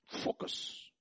Focus